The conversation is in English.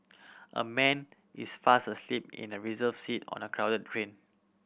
a man is fast asleep in a reserved seat on a crowded train